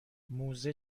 موزه